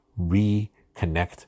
reconnect